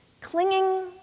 clinging